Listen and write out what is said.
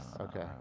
Okay